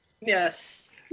Yes